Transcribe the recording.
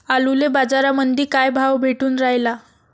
आलूले बाजारामंदी काय भाव भेटून रायला?